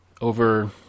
over